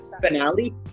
finale